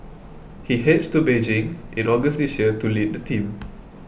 he heads to Beijing in August this year to lead the team